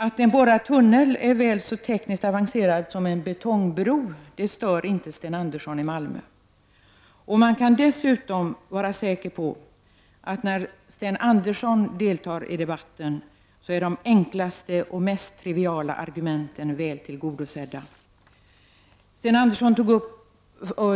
Att en borrad tunnel är väl så tekniskt avancerad som en betongbro stör inte Sten Andersson i Malmö. Man kan dessutom vara säker på att när Sten Andersson deltar i debatten, då är de enklaste och mest triviala argumenten väl tillgodosedda. Sten Andersson tog